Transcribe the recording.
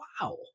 wow